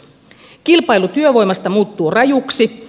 kilpailu työvoimasta muuttuu rajuksi